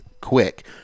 quick